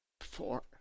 Four